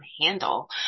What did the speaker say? handle